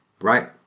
right